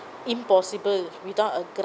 impossible without a grant